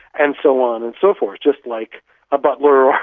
and so on and so forth just like a butler